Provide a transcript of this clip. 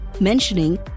mentioning